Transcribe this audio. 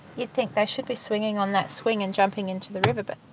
you'd think they should be swinging on that swing and jumping into the river but